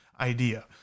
idea